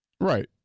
Right